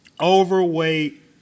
overweight